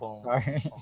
Sorry